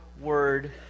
word